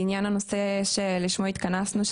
לעניין הנושא שלשמו התכנסנו,